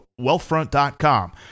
wealthfront.com